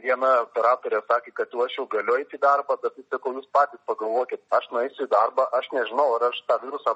viena operatorė sakė kad jau aš jau galiu eit į darbą bet tai sakau jūs patys pagalvokit aš nueisiu į darbą aš nežinau ar aš tą virusą